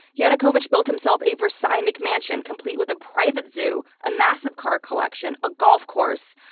yanukovych built himself a versailles mcmansion complete with a private zoo, a massive car collection, a golf course,